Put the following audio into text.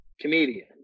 Comedian